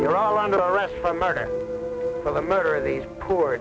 you're all under arrest for murder for the murder of these poor